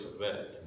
event